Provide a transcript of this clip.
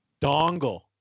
Dongle